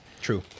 true